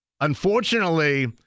unfortunately